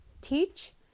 Teach